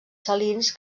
salins